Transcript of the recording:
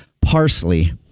Parsley